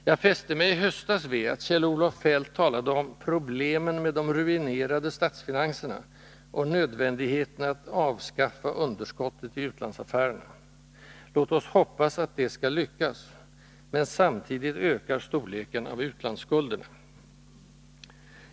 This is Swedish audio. Jag fäste mig i höstas vid att Kjell-Olof Feldt talade om ”problemen med de ruinerade statsfinanserna” och nödvändigheten att avskaffa underskottet i utlandsaffärerna. Låt oss hoppas att detta skall lyckas — men samtidigt ökar storleken av utlandsskulderna.